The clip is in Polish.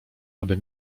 aby